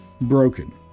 broken